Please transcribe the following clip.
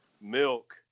milk